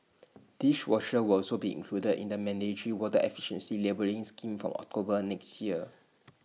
dishwashers will also be included in the mandatory water efficiency labelling scheme from October next year